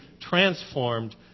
transformed